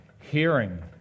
hearing